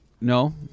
No